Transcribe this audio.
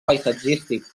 paisatgístic